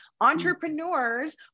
Entrepreneurs